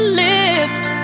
lift